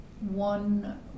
one